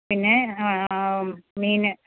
പിന്നെ മീന്